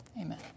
Amen